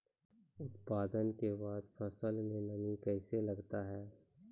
उत्पादन के बाद फसल मे नमी कैसे लगता हैं?